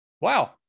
wow